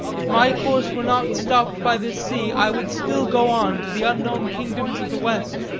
if my course were not stopped by this sea, i would still go on, to the unknown kingdoms of the west,